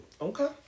Okay